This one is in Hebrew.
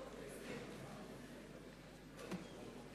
שלום שמחון,